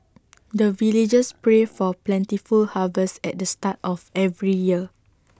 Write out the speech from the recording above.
the villagers pray for plentiful harvest at the start of every year